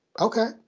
okay